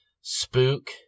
Spook